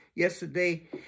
yesterday